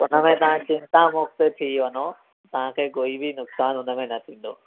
हुनमें तव्हां चिंतामुक्त थी वञो तव्हांखे कोई बि नुक़सानु हुनमें न थींदो